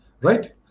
right